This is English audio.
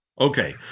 Okay